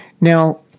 Now